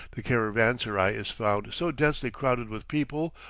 the caravanserai is found so densely crowded with people,